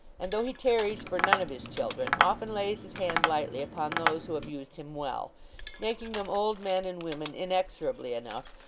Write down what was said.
and, though he tarries for none of his children, often lays his hand lightly upon those who have used him well making them old men and women inexorably enough,